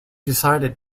decided